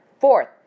Fourth